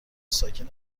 ساکن